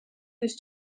yüz